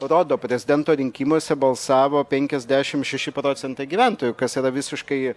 rodo prezidento rinkimuose balsavo penkiasdešim šeši procentai gyventojų kas yra visiškai